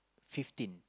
fifteen